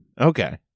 Okay